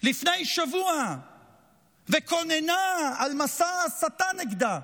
לפני שבוע וקוננה על מסע ההסתה נגדה.